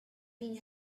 been